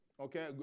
Okay